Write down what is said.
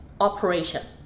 operation